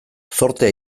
zortea